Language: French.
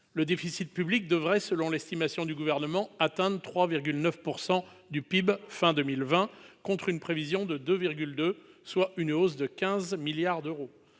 Le déficit public devrait, selon l'estimation du Gouvernement, atteindre 3,9 % du PIB fin 2020 contre une prévision de 2,2 %, soit une hausse de 15 milliards d'euros.